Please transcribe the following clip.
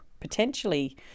potentially